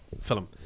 film